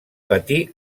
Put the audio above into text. patí